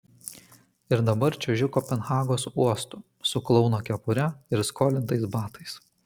ir dabar čiuožiu kopenhagos uostu su klouno kepure ir skolintais batais